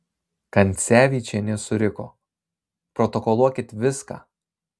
kancevyčienė suriko protokoluokit viską